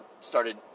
started